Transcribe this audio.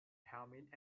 helmet